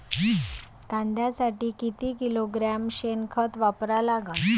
कांद्यासाठी किती किलोग्रॅम शेनखत वापरा लागन?